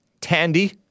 Tandy